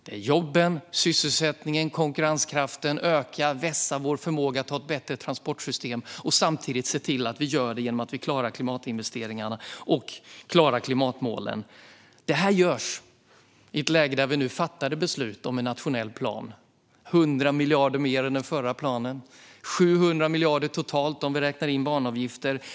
Det handlar om jobben, sysselsättningen, konkurrenskraften och om att vässa vår förmåga att ha ett bättre transportsystem - och samtidigt se till att vi gör det genom att vi klarar klimatinvesteringarna och klimatmålen. Detta görs i ett läge där vi nu fattade beslut om en nationell plan. Det är 100 miljarder mer än i den förra planen och 700 miljarder totalt om vi räknar in banavgifter.